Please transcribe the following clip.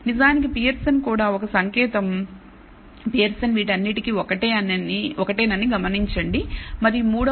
నిజానికి పియర్సన్ కూడా ఒక సంకేతం పియర్సన్ వీటన్నిటికీ ఒకటేనని గమనించండి మరియు మూడవది కూడా చాలా ఎక్కువ 0